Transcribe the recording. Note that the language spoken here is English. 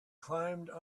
climbed